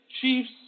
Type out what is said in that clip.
Chiefs